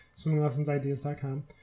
swimminglessonsideas.com